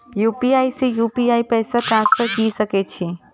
UPI से UPI पैसा transfer की सके छी?